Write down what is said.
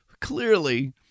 clearly